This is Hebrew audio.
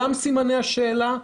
שם סימני השאלה,